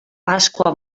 pasqua